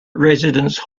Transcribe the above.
residence